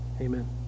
amen